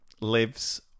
lives